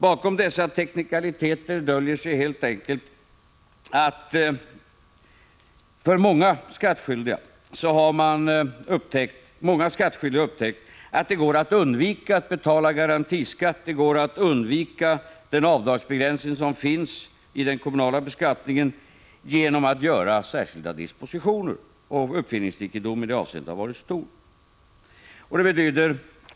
Bakom dessa teknikaliteter döljer sig helt enkelt att man har upptäckt att det för många skattskyldiga är möjligt att genom särskilda dispositioner undvika att betala garantiskatt och undvika den avdragsbegränsning som finns i den kommunala beskattningen. Uppfinningsrikedomen i det avseendet har varit stor.